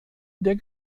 der